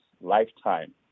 lifetime